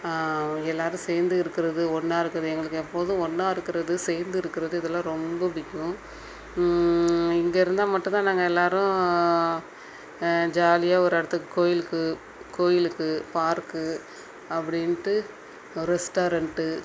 எல்லாரும் சேர்ந்து இருக்கிறது ஒன்றா இருக்கிறது எங்களுக்கு எப்போதும் ஒன்றா இருக்கிறது சேர்ந்து இருக்கிறது இதெல்லாம் ரொம்ப புடிக்கும் இங்கே இருந்தால் மட்டுந்தான் நாங்கள் எல்லாரும் ஜாலியாக ஒரு இடத்துக்கு கோயிலுக்கு கோயிலுக்கு பார்க்கு அப்படின்ட்டு ரெஸ்டாரண்ட்டு